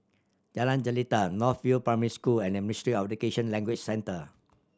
Jalan Jelita North View Primary School and Ministry of Education Language Centre